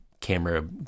camera